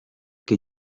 que